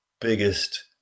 biggest